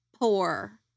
poor